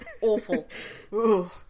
Awful